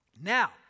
Now